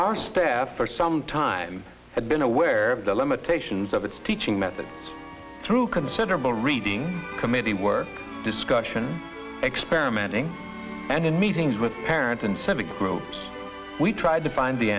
our staff for some time had been aware of the limitations of its teaching methods through considerable reading committee work discussion experimenting and in meetings with parents and seven groups we tried to find the